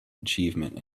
achievement